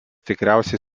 tikriausiai